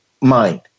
mind